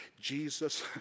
Jesus